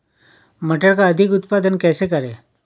मटर का अधिक उत्पादन कैसे करें?